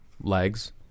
legs